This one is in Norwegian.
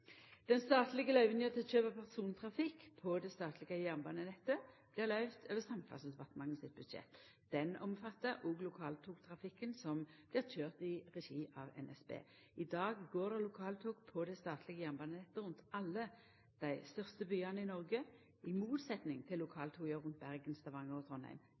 Den statlege løyvinga til kjøp av persontrafikk på det statlege jernbanenettet blir løyvd over Samferdselsdepartementet sitt budsjett. Den omfattar òg lokaltogtrafikken som blir køyrd i regi av NSB. I dag går det lokaltog på det statlege jernbanenettet rundt alle dei største byane i Noreg. I motsetnad til lokaltoga rundt Bergen, Stavanger og Trondheim